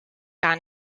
gar